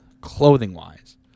clothing-wise